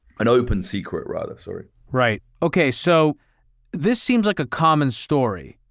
an open secret rather, sorry. right. okay. so this seems like a common story,